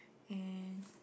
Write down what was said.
and